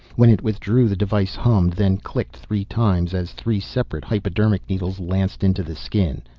when it withdrew the device hummed, then clicked three times as three separate hypodermic needles lanced into the skin.